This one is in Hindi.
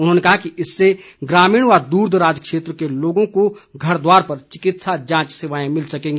उन्होंने कहा कि इससे ग्रामीण व दूरदराज क्षेत्रों के लोगों को घरद्वार पर चिकित्सा जांच सेवाएं मिल सकेंगी